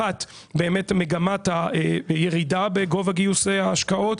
אחת באמת מגמת הירידה בגובה גיוסי ההשקעות,